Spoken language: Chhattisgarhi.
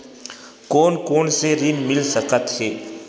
कोन कोन से ऋण मिल सकत हे?